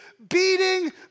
beating